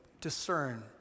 discern